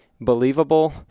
believable